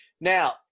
Now